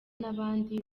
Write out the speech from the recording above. n’abandi